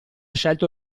scelto